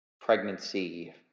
pregnancy